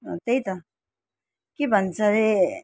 त्यही त के भन्छ अरे